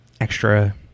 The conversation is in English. extra